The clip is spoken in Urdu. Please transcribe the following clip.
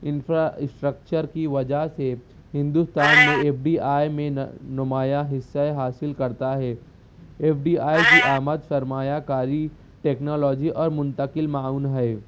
انفراسٹکچر کی وجہ سے ہندوستان میں ایف ڈی آئی میں نمایاں حصہ حاصل کرتا ہے ایف ڈی آئی کی آمد سرمایہ کاری ٹیکنالوجی اور منتقل معاون ہے